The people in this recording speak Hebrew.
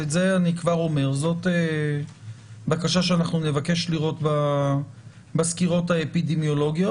זאת בקשה שאנחנו נבקש לראות בסקירות האפידמיולוגיות.